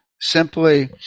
simply